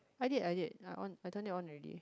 I did I did I on I turn it on already